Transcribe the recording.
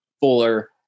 fuller